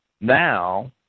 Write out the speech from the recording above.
Now